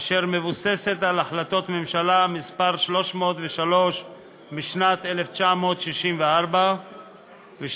אשר מבוססת על החלטות ממשלה מס' 303 משנת 1964 ומס'